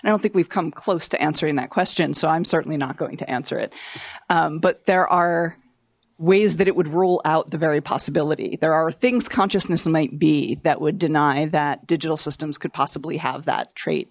i don't think we've come close to answering that question so i'm certainly not going to answer it but there are ways that it would rule out the very possibility there are things consciousness might be that would deny that digital systems could possibly have that trait